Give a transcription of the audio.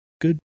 good